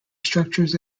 structures